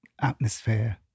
atmosphere